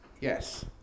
Yes